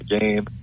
game